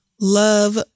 love